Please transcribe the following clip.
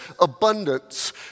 abundance